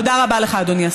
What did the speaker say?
תודה רבה לך, אדוני השר.